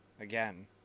again